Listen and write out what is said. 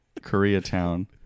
Koreatown